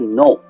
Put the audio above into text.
no